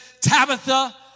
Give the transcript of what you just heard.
Tabitha